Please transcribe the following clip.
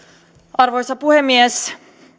arvoisa puhemies